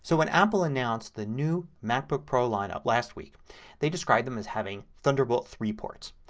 so when apple announced the new macbook pro line last week they described them as having thunderbolt three ports.